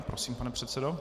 Prosím, pane předsedo.